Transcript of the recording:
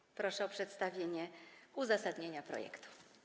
I proszę o przedstawienie uzasadnienia projektu.